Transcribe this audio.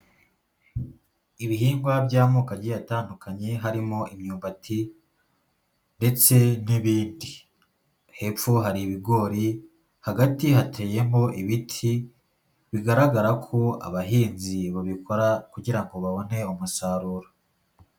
Ibihingwa by'amoko agiye atandukanye, harimo imyumbati ndetse n'ibindi, hepfo hari ibigori hagati hateyemo ibiti bigaragara ko abahinzi babikora kugira ngo babone umusaruro.